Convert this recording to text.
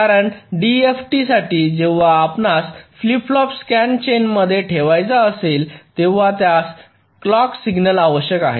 कारण डीएफटी साठी जेव्हा आपणास फ्लिप फ्लॉप स्कॅन चेनमध्ये ठेवायचा असेल तेव्हा त्यास क्लॉक सिग्नल आवश्यक आहे